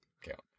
count